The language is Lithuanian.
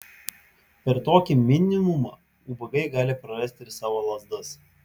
per tokį minimumą ubagai gali prarasti ir savo lazdas